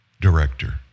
Director